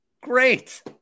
Great